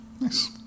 Nice